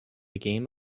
game